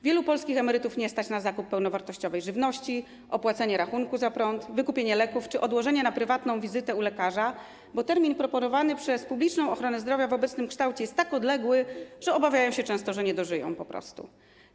Wielu polskich emerytów nie stać na zakup pełnowartościowej żywności, opłacenie rachunku za prąd, wykupienie leków czy odłożenie na prywatną wizytę u lekarza, bo termin proponowany przez publiczną ochronę zdrowia w obecnym kształcie jest tak odległy, że obawiają się często, że po prostu nie dożyją.